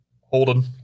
Holden